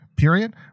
period